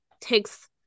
takes